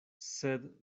sed